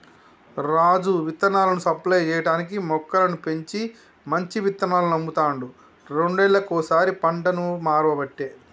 రాజు విత్తనాలను సప్లై చేయటానికీ మొక్కలను పెంచి మంచి విత్తనాలను అమ్ముతాండు రెండేళ్లకోసారి పంటను మార్వబట్టే